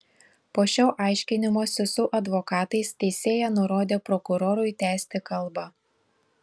po šio aiškinimosi su advokatais teisėja nurodė prokurorui tęsti kalbą